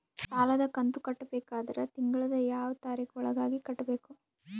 ಸಾಲದ ಕಂತು ಕಟ್ಟಬೇಕಾದರ ತಿಂಗಳದ ಯಾವ ತಾರೀಖ ಒಳಗಾಗಿ ಕಟ್ಟಬೇಕು?